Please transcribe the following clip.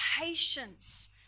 patience